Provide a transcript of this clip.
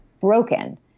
broken